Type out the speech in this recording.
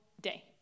day